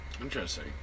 Interesting